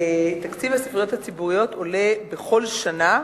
תקציב הספריות הציבוריות עולה בכל שנה,